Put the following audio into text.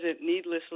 needlessly